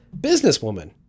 businesswoman